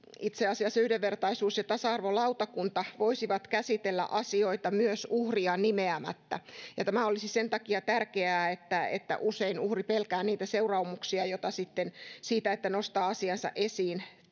itse asiassa yhdenvertaisuus ja tasa arvolautakunta voisi käsitellä asioita myös uhria nimeämättä tämä olisi sen takia tärkeää että että usein uhri pelkää niitä seuraamuksia joita tulee siitä että nostaa asiansa esiin